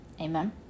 Amen